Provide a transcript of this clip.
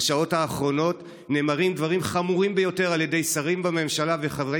בשעות האחרונות נאמרים דברים חמורים ביותר על ידי שרים בממשלה וחברי